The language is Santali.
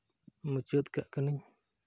ᱢᱩᱪᱟᱹᱫ ᱠᱟᱜ ᱠᱟᱱᱟ